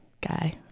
guy